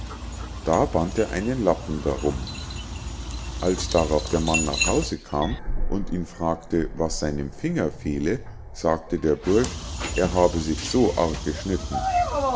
da band er einen lappen darum als darauf der mann nach hause kam und ihn fragte was seinem finger fehle sagte der bursch er habe sich so arg geschnitten